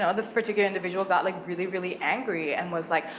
ah this particular individual got like really, really angry, and was like,